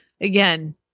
again